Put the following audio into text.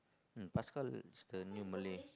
hmm Pascal is the new Malay